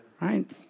right